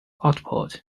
output